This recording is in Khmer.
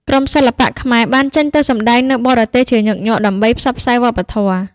ក្រុមសិល្បៈខ្មែរបានចេញទៅសម្តែងនៅបរទេសជាញឹកញាប់ដើម្បីផ្សព្វផ្សាយវប្បធម៌។